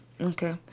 Okay